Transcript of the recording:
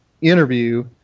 interview